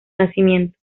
nacimiento